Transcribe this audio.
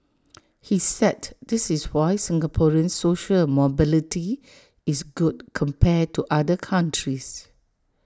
he said this is why Singaporean social A mobility is good compared to other countries